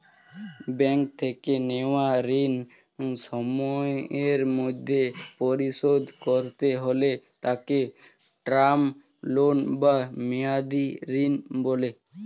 bank থেকে নেওয়া ঋণ সময়ের মধ্যে পরিশোধ করতে হলে তাকে টার্ম লোন বা মেয়াদী ঋণ বলে